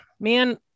man